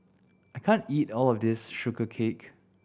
I can't eat all of this Sugee Cake